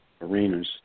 arenas